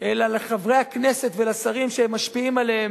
אלא לחברי הכנסת ולשרים שהם משפיעים עליהם,